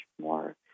more